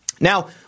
Now